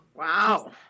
Wow